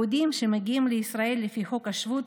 יהודים שמגיעים לישראל, לפי חוק השבות,